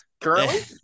Currently